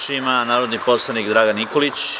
Reč ima narodni poslanik Dragan Nikolić.